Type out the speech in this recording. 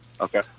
Okay